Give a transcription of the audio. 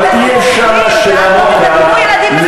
אבל אי-אפשר לעמוד כאן,